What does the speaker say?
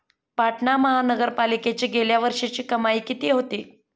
पाटणा महानगरपालिकेची गेल्या वर्षीची कमाई किती होती?